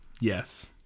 yes